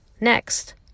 Next